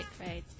right